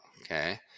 okay